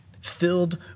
Filled